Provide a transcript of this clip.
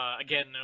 Again